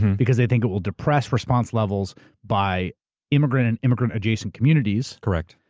because they think it will depress response levels by immigrant, and immigrant-adjacent communities. correct.